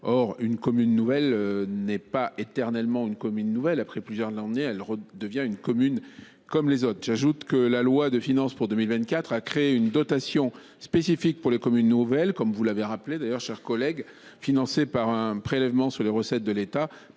Or une commune nouvelle n’est pas éternellement nouvelle ; après plusieurs années, elle redevient une commune comme les autres… En outre, la loi de finances pour 2024 a créé une dotation spécifique pour les communes nouvelles, comme vous l’avez rappelé, financée par un prélèvement sur les recettes de l’État.